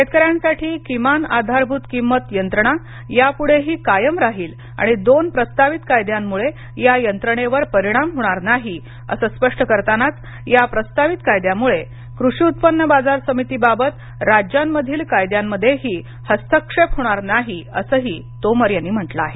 शेतकऱ्यांसाठी किमान आधारभूत किंमत यंत्रणा यापुढेही कायम राहील आणि दोन प्रस्तावित कायद्यांमुळे या यंत्रणेवर परिणाम होणार नाही असं स्पष्ट करतानाच या प्रस्तावित कायद्यांमुळे कृषी उत्पन्न बाजार समितीबाबत राज्यांमधील कायद्यांमध्येही हस्तक्षेप होणार नाही असंही तोमर यांनी म्हटलं आहे